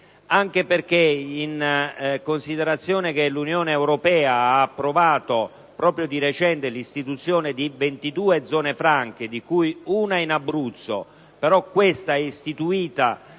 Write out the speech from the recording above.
anche perché, in considerazione del fatto che l'Unione europea ha approvato proprio di recente l'istituzione di 22 zone franche, di cui una in Abruzzo, però nella fascia